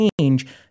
change